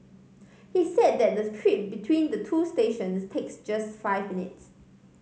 he said that the trip between the two stations takes just five minutes